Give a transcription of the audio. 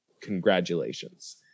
Congratulations